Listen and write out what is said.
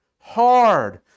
hard